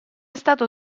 stato